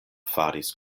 faris